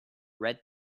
red